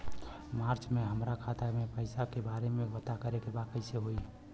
मार्च में हमरा खाता के पैसा के बारे में पता करे के बा कइसे होई?